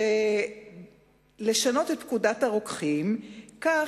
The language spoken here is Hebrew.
לשנות את פקודת הרוקחים כך,